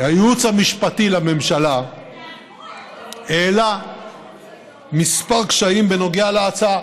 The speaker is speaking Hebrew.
הייעוץ המשפטי לממשלה העלה כמה קשיים בנוגע להצעה.